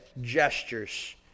gestures